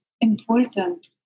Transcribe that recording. important